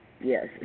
Yes